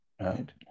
Right